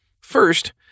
First